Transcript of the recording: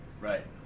Right